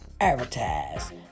advertise